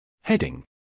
Heading